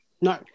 No